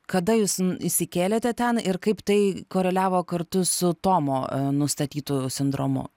kada jūs įsikėlėte ten ir kaip tai koreliavo kartu su tomo nustatytu sindromu